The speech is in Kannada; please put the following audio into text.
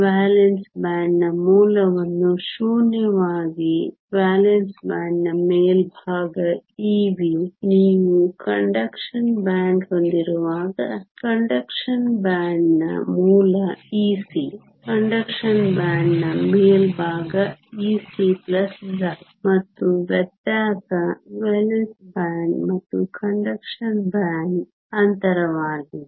ವೇಲೆನ್ಸ್ ಬ್ಯಾಂಡ್ನ ಮೂಲವನ್ನು ಶೂನ್ಯವಾಗಿ ವೇಲೆನ್ಸ್ ಬ್ಯಾಂಡ್ನ ಮೇಲ್ಭಾಗ Ev ನೀವು ಕಂಡಕ್ಷನ್ ಬ್ಯಾಂಡ್ ಹೊಂದಿರುವಾಗ ಕಂಡಕ್ಷನ್ ಬ್ಯಾಂಡ್ನ ಮೂಲ Ec ಕಂಡಕ್ಷನ್ ಬ್ಯಾಂಡ್ನ ಮೇಲ್ಭಾಗ Ec ಮತ್ತು ವ್ಯತ್ಯಾಸ ವೇಲೆನ್ಸ್ ಬ್ಯಾಂಡ್ ಮತ್ತು ಕಂಡಕ್ಷನ್ ಬ್ಯಾಂಡ್ ಅಂತರವಾಗಿದೆ